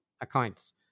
accounts